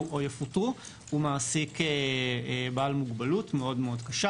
או יפוטרו הוא מעסיק בעל מוגבלות מאוד-מאוד קשה.